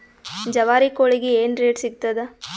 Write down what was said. ಜವಾರಿ ಕೋಳಿಗಿ ಏನ್ ರೇಟ್ ಸಿಗ್ತದ?